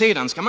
i den frågan.